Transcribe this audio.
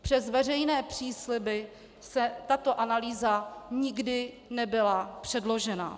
Přes veřejné přísliby tato analýza nikdy nebyla předložena.